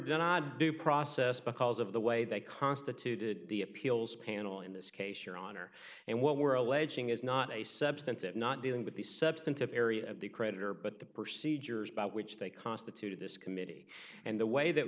denied due process because of the way they constituted the appeals panel in this case your honor and what were alleging is not a substance that not dealing with the substantive area of the creditor but the perceived years by which they constituted this committee and the way that